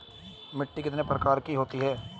मिट्टी कितने प्रकार की होती हैं?